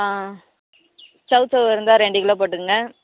ஆ சௌசௌ இருந்தால் ரெண்டு கிலோ போட்டுக்குங்க